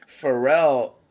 Pharrell